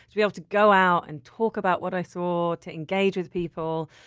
to be able to go out and talk about what i saw, to engage with people.